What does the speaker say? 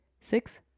Six